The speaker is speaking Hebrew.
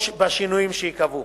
או בשינויים שייקבעו.